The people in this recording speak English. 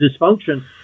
dysfunction